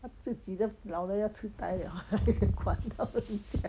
他自己的老人有痴呆 liao 还有管到人家